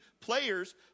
players